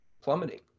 plummeting